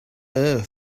earth